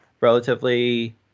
relatively